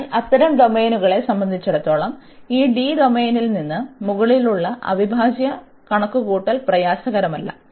അതിനാൽ അത്തരം ഡൊമെയ്നുകളെ സംബന്ധിച്ചിടത്തോളം ഈ D ഡൊമെയ്നിന് മുകളിലുള്ള അവിഭാജ്യ കണക്കുകൂട്ടൽ പ്രയാസകരമല്ല